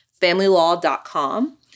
familylaw.com